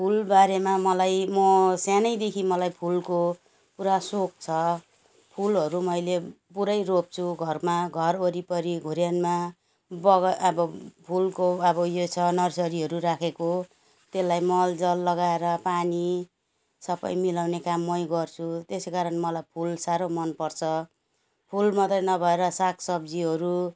फुल बारेमा मलाई म सानैदेखि मलाई फुलको पुरा सोख छ फुलहरू मैले पुरै रोप्छु घरमा घर वरिपरि घुर्यानमा बगा अब फुलको अब यो छ नर्सरीहरू राखेको त्यसलाई मल जल लगाएर पानी सबै मिलाउने काम मै गर्छु त्यसै कारण मलाई फुल साह्रो मनपर्छ फुल मात्रै नभएर सागसब्जीहरू